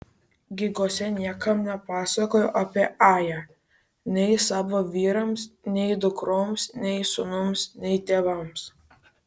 giguose niekam nepasakojo apie ają nei savo vyrams nei dukroms nei sūnums nei tėvams